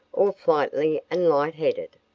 or flighty and light-headed?